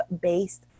based